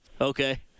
Okay